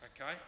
Okay